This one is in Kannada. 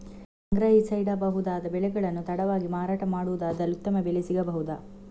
ಸಂಗ್ರಹಿಸಿಡಬಹುದಾದ ಬೆಳೆಗಳನ್ನು ತಡವಾಗಿ ಮಾರಾಟ ಮಾಡುವುದಾದಲ್ಲಿ ಉತ್ತಮ ಬೆಲೆ ಸಿಗಬಹುದಾ?